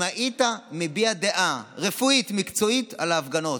אם היית מביע דעה רפואית מקצועית על ההפגנות,